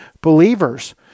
believers